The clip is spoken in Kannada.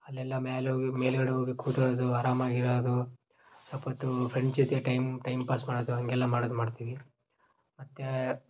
ಅಲ್ಲೆಲ್ಲ ಮೇಲೆ ಹೋಗಿ ಮೇಲುಗಡೆ ಹೋಗಿ ಕೂತ್ಕೊಳೋದು ಆರಾಮಾಗಿ ಇರೋದು ಸ್ವಲ್ಪೊತ್ತೂ ಫ್ರೆಂಡ್ಸ್ ಜೊತೆ ಟೈಮ್ ಟೈಮ್ ಪಾಸ್ ಮಾಡೋದು ಹಾಗೆಲ್ಲ ಮಾಡೋದ್ ಮಾಡ್ತೀವಿ ಮತ್ತೆ